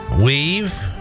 Weave